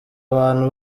abantu